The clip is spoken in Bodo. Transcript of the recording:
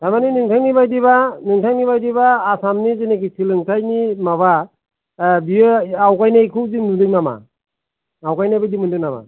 थारमानि नोंथांनि बादिबा नोंथांनि बादिबा आसामनि जेनाखि सोलोंथाइनि माबा बियो आवगायनायखौ जों नुदों नामा आवगायनाय बादि मोनदों नामा